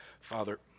Father